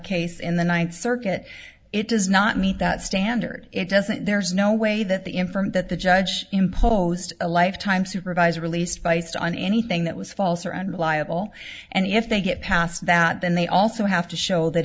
case in the ninth circuit it does not meet that standard it doesn't there's no way that the inference that the judge imposed a lifetime supervisor released by still on anything that was false or unreliable and if they get past that then they also have to show that